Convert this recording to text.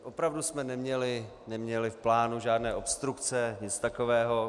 Opravdu jsme neměli v plánu žádné obstrukce, nic takového.